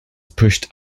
pushed